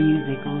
Music